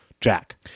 Jack